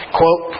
quote